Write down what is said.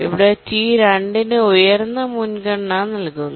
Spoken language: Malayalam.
ഇവിടെ T2 ന് ഉയർന്ന മുൻഗണന നൽകുന്നു